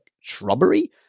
shrubbery